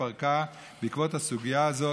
התפרקה בעקבות הסוגיה הזו.